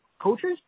coaches